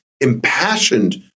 impassioned